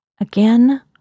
Again